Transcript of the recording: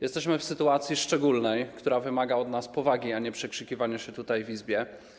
Jesteśmy w sytuacji szczególnej, która wymaga od nas powagi, a nie przekrzykiwania się tutaj w Izbie.